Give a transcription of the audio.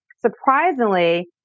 surprisingly